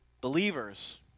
believers